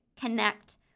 connect